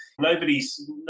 nobody's